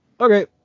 okay